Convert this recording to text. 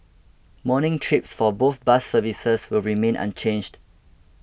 morning trips for both bus services will remain unchanged